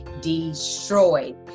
destroyed